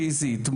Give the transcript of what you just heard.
פיזית,